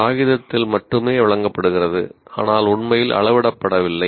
காகிதத்தில் மட்டுமே வழங்கப்படுகிறது ஆனால் உண்மையில் அளவிடப்படவில்லை